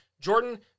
Jordan